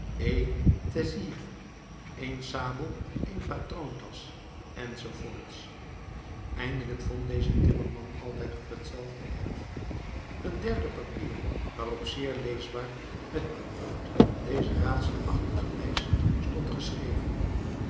teissier sabel patroontasch enz eindelijk vond deze timmerman altijd op hetzelfde erf een derde papier waarop zeer leesbaar met potlood deze raadselachtige lijst stond geschreven